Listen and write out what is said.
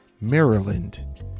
Maryland